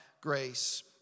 grace